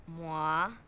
moi